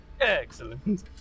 Excellent